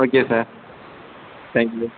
okay sir thank you sir